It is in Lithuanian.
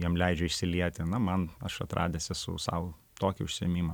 jam leidžia išsilieti na man aš atradęs esu sau tokį užsiėmimą